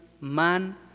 man